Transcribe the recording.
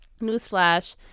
newsflash